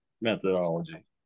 methodology